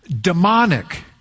demonic